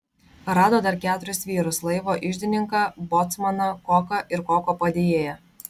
rado dar keturis vyrus laivo iždininką bocmaną koką ir koko padėjėją